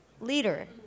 leader